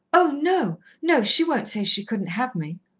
oh, no, no! she won't say she couldn't have me.